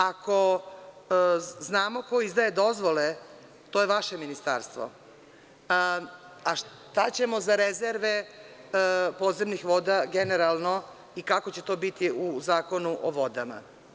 Ako znamo ko izdaje dozvole, to je vaše Ministarstvo, a šta ćemo za rezerve podzemnih voda generalno i kako će to biti u Zakonu o vodama.